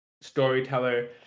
storyteller